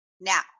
Now